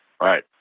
Right